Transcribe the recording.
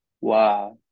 wow